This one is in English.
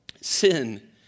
Sin